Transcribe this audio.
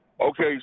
Okay